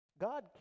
God